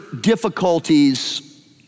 difficulties